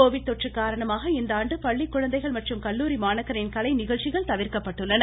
Covid தொற்று காரணமாக இந்தாண்டு பள்ளி குழந்தைகள் மற்றும் கல்லூரி மாணாக்கரின் கலைநிகழ்ச்சிகள் தவிர்க்கப்பட்டுள்ளன